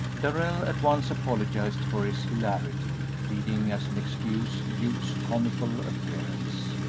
darrell at once apologized for his hilarity, pleading as an excuse duke's comical appearance.